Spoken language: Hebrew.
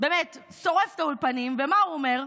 באמת שורף את האולפנים, ומה הוא אומר?